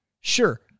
sure